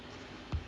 mm